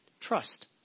Trust